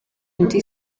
indi